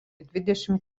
dvidešimt